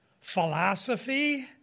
philosophy